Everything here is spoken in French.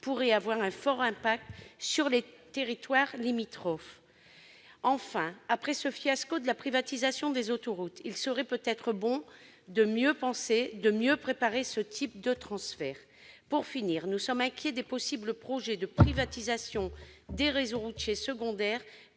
pourraient avoir un fort impact sur les territoires limitrophes. Enfin, après le fiasco de la privatisation des autoroutes, il serait peut-être bon de mieux penser et préparer ce type de transfert. Nous sommes d'ailleurs inquiets des projets de privatisation des réseaux routiers secondaires-